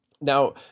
Now